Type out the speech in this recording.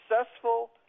successful